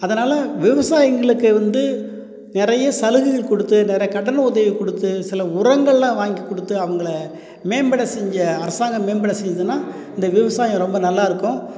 அதனால் விவசாயிங்களுக்கு வந்து நிறைய சலுகைகள் கொடுத்து நிறைய கடன் உதவி கொடுத்து சில உரங்கள்லாம் வாங்கி கொடுத்து அவங்கள மேம்பட செஞ்ச அரசாங்கம் மேம்பட செஞ்சதுன்னா இந்த விவசாயம் ரொம்ப நல்லா இருக்கும்